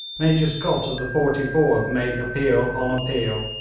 major scott of the forty fourth made appeal on appeal,